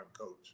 coach